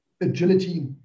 agility